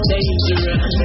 Dangerous